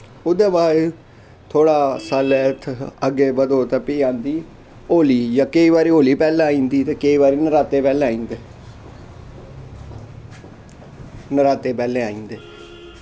ओह्दै बाद थोह्ड़ा सालै अग्गें बधो तां फ्ही आंदी होली जां केईं बारी होली पैह्लें आई जंदी केईं बारी नराते पैह्लें आई जंदे नराते पैह्लें आई जंदे